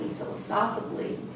philosophically